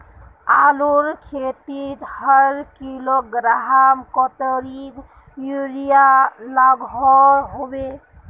आलूर खेतीत हर किलोग्राम कतेरी यूरिया लागोहो होबे?